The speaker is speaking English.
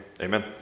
amen